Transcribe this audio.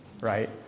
right